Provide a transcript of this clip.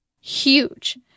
huge